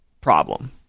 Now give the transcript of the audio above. problem